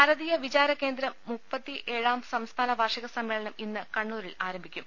ഭാരതീയ വിചാര കേന്ദ്രം മുപ്പത്തി ഏഴാം സംസ്ഥാന വാർഷിക സമ്മേളനം ഇന്ന് കണ്ണൂരിൽ ആരംഭിക്കും